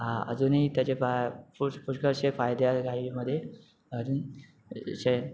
अ अजूनही त्याचे पाकळचे फायदे गाडीमदे अजून शे